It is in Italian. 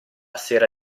sera